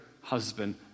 husband